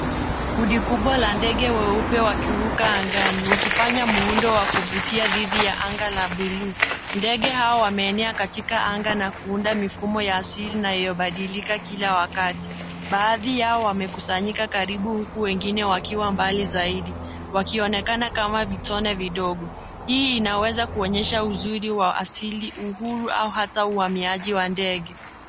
Kundi kubwa la ndege weupe wakiruka angani wakifanya muundo wa kuvutia dhidi ya anga la buluu. Ndege hao wameenea katika anga na kuunda mifumo ya asili na inayobadilika kila wakati. Baadhi yao wamekusanyika karibu huku wengine wakiwa mbali zaidi, wakionekana kama vitone vidogo. Hii inaweza kuonyesha uzuri wa asili, uhuru au hata uhamiaji wa ndege.